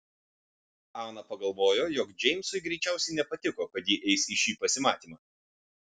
ana pagalvojo jog džeimsui greičiausiai nepatiko kad ji eis į šį pasimatymą